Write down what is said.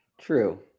True